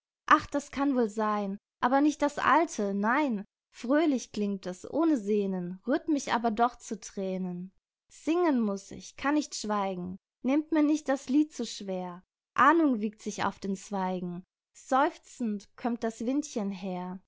ach das kann wohl seyn aber nicht das alte nein fröhlich klingt es ohne sehnen rührt mich aber doch zu thränen singen muß ich kann nicht schweigen nehmt mir nicht das lied zu schwer ahnung wiegt sich auf den zweigen seufzend kömmt das windchen her